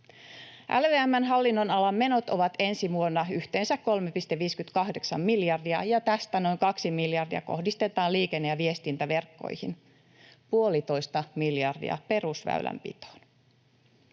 LVM:n hallinnonalan menot ovat ensi vuonna yhteensä 3,58 miljardia. Tästä noin kaksi miljardia kohdistetaan liikenne- ja viestintäverkkoihin ja puolitoista miljardia perusväylänpitoon.